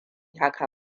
haka